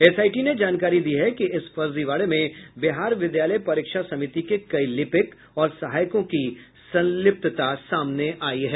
SIT ने जानकारी दी है कि इस फर्जीवाड़े में बिहार विद्यालय परीक्षा समिति के कई लिपिक और सहायकों की संलिप्तता सामने आयी है